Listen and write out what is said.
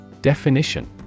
Definition